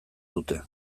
dute